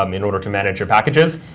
um in order to manage your packages.